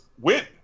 win